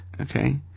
Okay